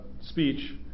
speech